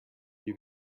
you